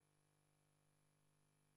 הכספים.